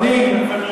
בממשלה?